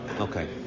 Okay